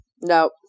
No